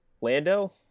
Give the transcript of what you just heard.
lando